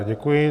Děkuji.